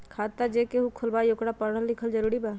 खाता जे केहु खुलवाई ओकरा परल लिखल जरूरी वा?